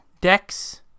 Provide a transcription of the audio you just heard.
decks